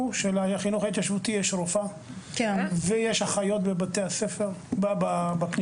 שלחינוך ההתיישבותי יש רופאה ויש אחיות בפנימיות.